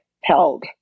held